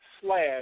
slash